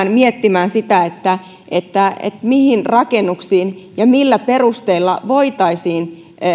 miettimään sitä mihin rakennuksiin rakennetaan ja millä perusteella voitaisiin